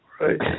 right